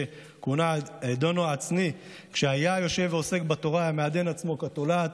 שכונה עדינו העצני: כשהיה יושב ועוסק בתורה היה מעדן עצמו כתולעת,